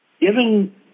Given